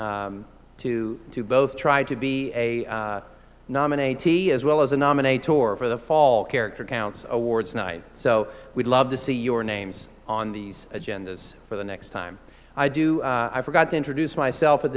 to do both try to be a nominate t as well as a nominate or for the fall character counts awards night so we'd love to see your names on these agendas for the next time i do i forgot to introduce myself at